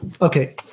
okay